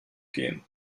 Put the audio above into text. gehen